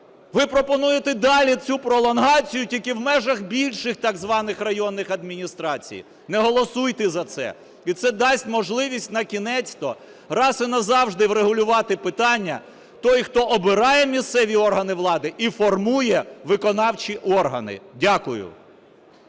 Ви пропонуєте цю пролонгацію, тільки в межах більших так званих районних адміністрацій. Не голосуйте за це. І це дасть можливість накінець-то раз і назавжди врегулювати питання: той, хто обирає місцеві органи влади, і формує виконавчі органи. Дякую.